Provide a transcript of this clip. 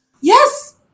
Yes